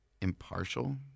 impartial